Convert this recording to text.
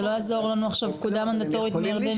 זה לא יעזור לנו עכשיו פקודה מנדטורית מירדן.